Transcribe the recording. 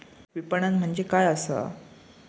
विपणन म्हणजे काय असा?